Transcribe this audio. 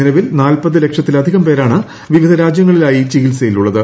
നിലവിൽ നാൽപ്പത് ലക്ഷത്തിലധികം പേരാണ് വിവിധ രാജ്യങ്ങളിലായി ചികിത്സയിൽ ഉളളത്